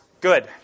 Good